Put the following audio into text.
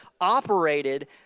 operated